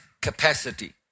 capacity